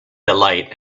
delight